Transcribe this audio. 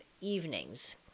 evenings